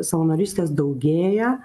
savanorystės daugėja